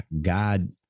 God